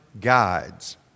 guides